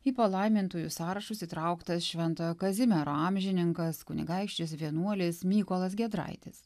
į palaimintųjų sąrašus įtrauktas šventojo kazimiero amžininkas kunigaikštis vienuolis mykolas giedraitis